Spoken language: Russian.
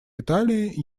италии